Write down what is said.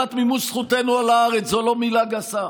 לטובת מימוש זכותנו על הארץ, זו לא מילה גסה,